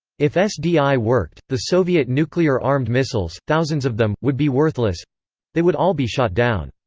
if sdi worked, the soviet nuclear armed missiles, thousands of them, would be worthless they would all be shot down.